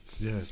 Yes